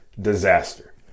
disaster